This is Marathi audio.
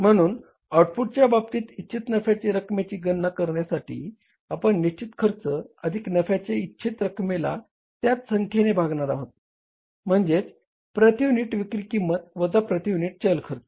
म्हणून ऑउटपूटच्या बाबतीत इच्छित नफ्याच्या रकमेची गणना करण्यासाठी आपण निश्चित खर्च अधिक नफ्याच्या इच्छित रकमेला त्याच संख्येने भागणार आहोत म्हणजेच प्रती युनिट विक्री किंमत वजा प्रती युनिट चल खर्च